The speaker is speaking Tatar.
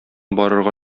барырга